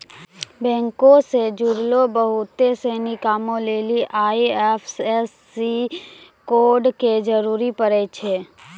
बैंको से जुड़लो बहुते सिनी कामो लेली आई.एफ.एस.सी कोड के जरूरी पड़ै छै